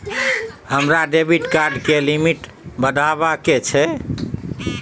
हमरा debit card के limit बढावा के छै